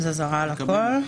אזהרה על הכול.